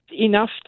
enough